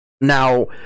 Now